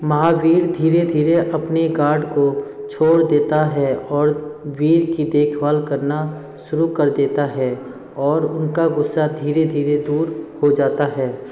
महावीर धीरे धीरे अपने गार्ड को छोड़ देता है और वीर की देखभाल करना शुरू कर देता है और उनका गुस्सा धीरे धीरे दूर हो जाता है